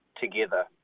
together